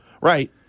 Right